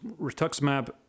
rituximab